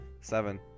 Seven